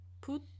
Put